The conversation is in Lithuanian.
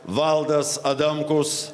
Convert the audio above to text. valdas adamkus